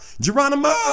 Geronimo